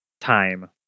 time